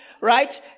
Right